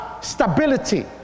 Stability